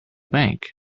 bank